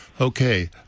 Okay